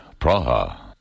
Praha